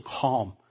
calm